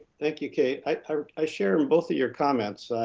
thank you, kate. i share in both of your comments.